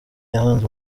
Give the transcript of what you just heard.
yahanze